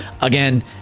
again